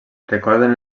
recorden